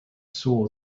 saw